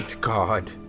god